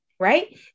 right